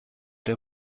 der